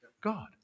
God